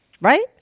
Right